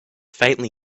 faintly